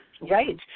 Right